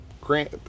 grant